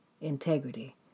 Integrity